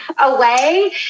away